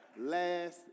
Last